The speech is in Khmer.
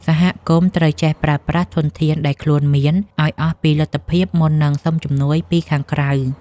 សហគមន៍ត្រូវចេះប្រើប្រាស់ធនធានដែលខ្លួនមានឱ្យអស់ពីលទ្ធភាពមុននឹងសុំជំនួយពីខាងក្រៅ។